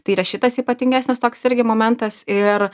tai yra šitas ypatingesnis toks irgi momentas ir